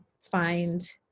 find